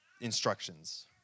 instructions